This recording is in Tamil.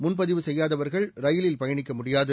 முன்பதிவு செய்யாதவர்கள் ரயிலில் பயணிக்க முடியாது